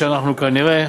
שאנחנו כנראה,